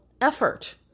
effort